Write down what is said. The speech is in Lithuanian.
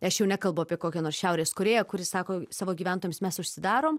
aš jau nekalbu apie kokią nors šiaurės korėją kuri sako savo gyventojams mes užsidarom